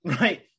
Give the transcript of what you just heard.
right